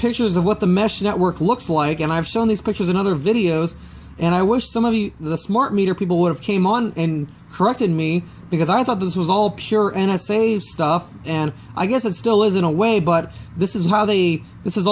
pictures of what the mesh network looks like and i've shown these pictures in other videos and i wish some of the smart meter people would have came on and corrected me because i thought this was all purina save stuff and i guess it still is in a way but this is how the this is